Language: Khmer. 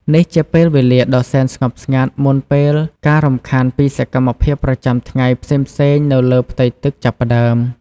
នេះជាពេលវេលាដ៏សែនស្ងប់ស្ងាត់ មុនពេលការរំខានពីសកម្មភាពប្រចាំថ្ងៃផ្សេងៗនៅលើផ្ទៃទឹកចាប់ផ្តើម។